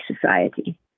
society